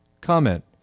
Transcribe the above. comment